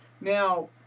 Now